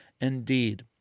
indeed